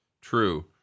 True